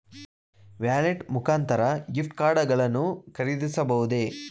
Wallet ಮುಖಾಂತರ gift card ಗಳನ್ನು ಖರೀದಿಸಬಹುದೇ?